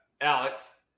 Alex